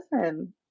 listen